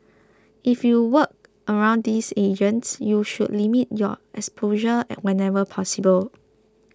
if you work around these agents you should limit your exposure whenever possible